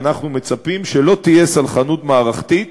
אנחנו מצפים שלא תהיה סלחנות מערכתית